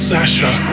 Sasha